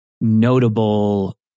notable